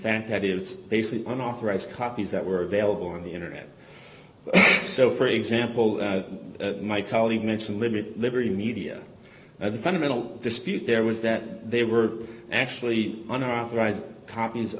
fact that it's basically an authorized copies that were available on the internet so for example my colleague mentioned limits liberty media and the fundamental dispute there was that they were actually